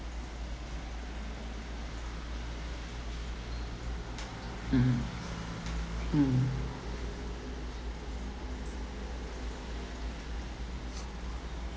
mm mm